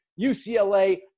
UCLA